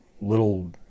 little